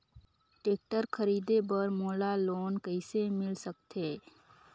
Tractor खरीदे बर मोला लोन कइसे मिल सकथे?